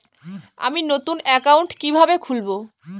আমি নতুন অ্যাকাউন্ট কিভাবে খুলব?